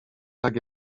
tak